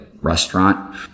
restaurant